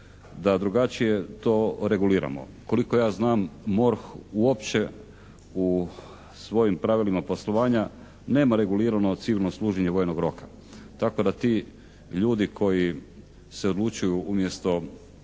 da drugačije to reguliramo. Koliko ja znam MORH uopće u svojim pravilima poslovanja nema regulirano civilno služenje vojnog roka, tako da ti ljudi koji se odlučuju umjesto